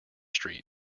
street